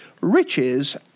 riches